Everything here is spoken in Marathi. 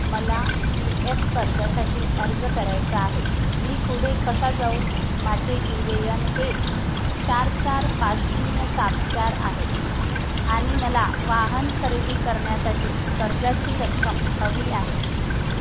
मला पी एफ कर्जासाठी अर्ज करायचा आहे मी पुढे कसा जाऊ माझे यू ए यन हे चार चार पाच शून्य सात चार आहे आणि मला वाहन खरेदी करण्यासाठी कर्जाची रक्कम हवी आहे